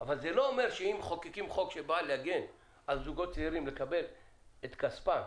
אבל זה לא אומר שאם מחוקקים חוק שבא להגן על זוגות צעירים לקבל את כספם,